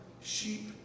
sheep